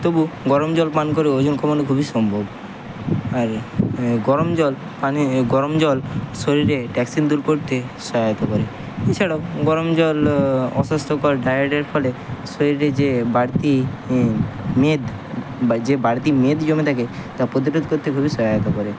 তবু গরম জল পান করে ওজন কমানো খুবই সম্ভব আর গরম জল পানে গরম জল শরীরে টক্সিন দূর করতে সহায়তা করে এছাড়াও গরম জল অস্বাস্থ্যকর ডায়েটের ফলে শরীরে যে বাড়তি মেদ বা যে বাড়তি মেদ জমে থাকে তা প্রতিরোধ করতে খুবই সহায়তা করে